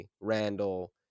Randall